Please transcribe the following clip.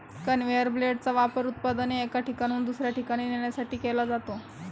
conveyor बेल्टचा वापर उत्पादने एका ठिकाणाहून दुसऱ्या ठिकाणी नेण्यासाठी केला जातो